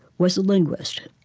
was a linguist.